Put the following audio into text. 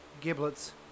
giblets